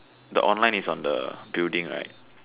the online is on the building right